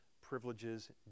privileges